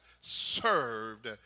served